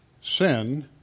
Sin